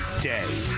day